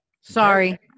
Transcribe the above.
sorry